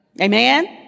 Amen